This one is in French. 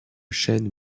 chêne